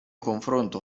confronto